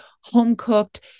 home-cooked